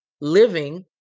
living